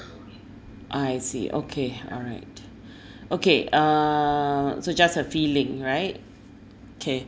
I see okay alright okay uh so just a feeling right kay